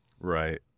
Right